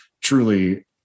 truly